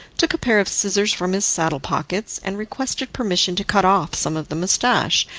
took a pair of scissors from his saddle pockets, and requested permission to cut off some of the moustache,